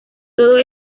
todo